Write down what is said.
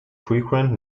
frequent